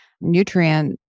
nutrient